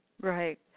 Right